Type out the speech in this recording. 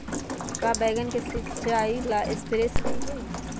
का बैगन के सिचाई ला सप्रे सही होई?